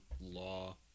law